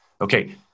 okay